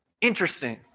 Interesting